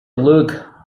luke